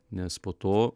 nes po to